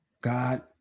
God